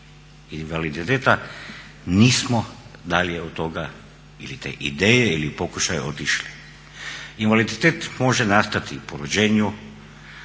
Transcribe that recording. invaliditeta, nismo dalje od toga ili te ideje ili pokušaja otišli. Invaliditet može nastati po rođenju,